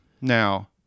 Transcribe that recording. Now